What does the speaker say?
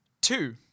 two